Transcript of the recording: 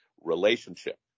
relationship